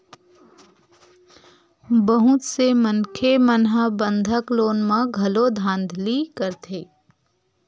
बहुत से मनखे मन ह बंधक लोन म घलो धांधली करथे